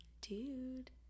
Dude